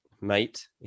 mate